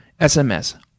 SMS